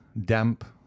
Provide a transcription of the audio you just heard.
damp